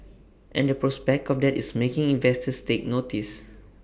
and the prospect of that is making investors take notice